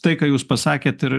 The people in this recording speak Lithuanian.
tai ką jūs pasakėt ir